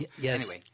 Yes